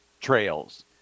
trails